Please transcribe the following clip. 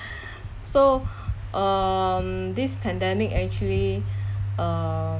so um this pandemic actually uh